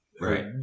right